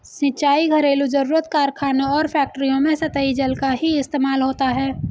सिंचाई, घरेलु जरुरत, कारखानों और फैक्ट्रियों में सतही जल का ही इस्तेमाल होता है